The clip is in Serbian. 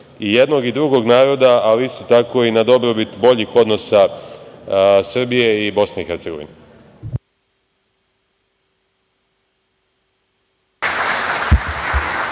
jednog i drugog naroda, ali isto tako i na dobrobit boljih odnosa Srbije i BiH. **Elvira